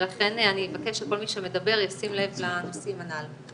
ולכן אני מבקשת שכל מי שמדבר ישים לב לנושאים הללו.